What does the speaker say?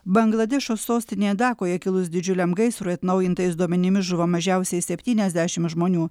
bangladešo sostinėje dakoje kilus didžiuliam gaisrui atnaujintais duomenimis žuvo mažiausiai septyniasdešimt žmonių